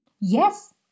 Yes